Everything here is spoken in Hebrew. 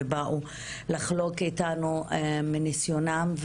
ובאו לחלוק איתנו מניסיונן,